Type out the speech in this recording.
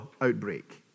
outbreak